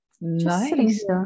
Nice